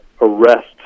arrest